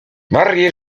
marié